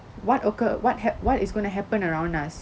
what occur what happ~ what is going to happen around us